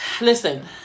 Listen